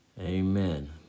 Amen